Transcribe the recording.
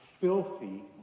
filthy